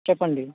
చెప్పండి